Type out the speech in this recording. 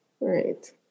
right